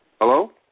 Hello